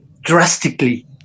drastically